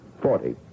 Forty